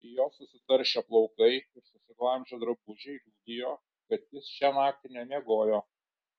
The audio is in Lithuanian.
jo susitaršę plaukai ir susiglamžę drabužiai liudijo kad jis šią naktį nemiegojo